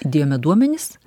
įdėjome duomenis